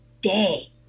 day